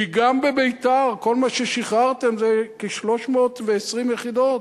כי גם בביתר כל מה ששחררתם זה כ-320 יחידות.